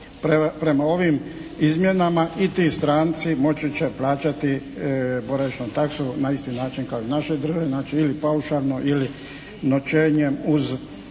Prema ovim izmjenama i ti stranci moći će plaćati boravišnu taksu na isti način kao i naši državljani, znači ili paušalno ili noćenjem uz umanjenje